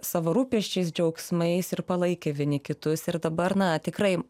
savo rūpesčiais džiaugsmais ir palaikė vieni kitus ir dabar na tikrai